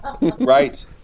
Right